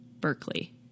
Berkeley